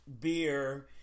beer